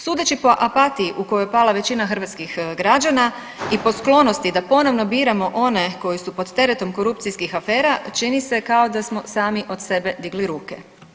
Sudeći po apatiji u koju je pala većina hrvatskih građana i po sklonosti da ponovno biramo one koji su pod teretom korupcijskih afera čini se kao da smo sami od sebe digli ruke.